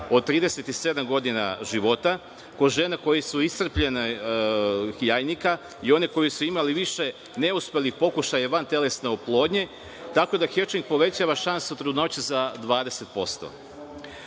od 37 godina života, kod žena koje su iscrpljenih jajnika i onih koje su imale više neuspelih pokušaja vantelesne oplodnje, tako da hečing povećava šansu trudnoće za 20%.